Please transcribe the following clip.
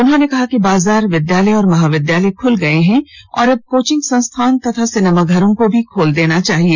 उन्होंने कहा कि बाजार विद्यालय और महाविद्यालय खुल गये हैं और अब कोचिंग संस्थान और सिनेमाघरों को भी खोल देना चाहिए